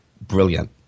brilliant